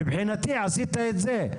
ומבחינתי עשית את זה.